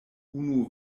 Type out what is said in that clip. unu